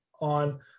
on